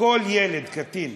כל ילד קטין,